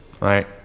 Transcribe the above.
right